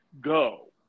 go